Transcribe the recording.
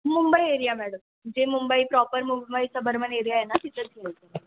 Mumbai area madam जे Mumbai proper Mumbai suburban area आहे ना तिथेच घ्यायचं आहे मला